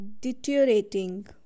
deteriorating